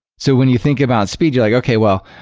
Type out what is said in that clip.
so when you think about speed you're like, okay. well,